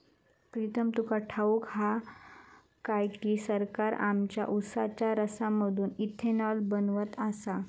प्रीतम तुका ठाऊक हा काय की, सरकार आमच्या उसाच्या रसापासून इथेनॉल बनवत आसा